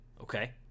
okay